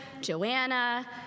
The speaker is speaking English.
Joanna